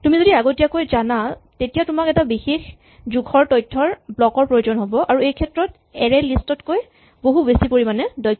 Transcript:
তুমি যদি আগতীয়াকৈ জানা তেতিয়া তোমাক এটা বিশেষ জোখৰ তথ্যৰ ব্লকৰ প্ৰয়োজন হ'ব আৰু এইক্ষেত্ৰত এৰে লিষ্ট ত কৈ বহু বেছি পৰিমাণে দক্ষ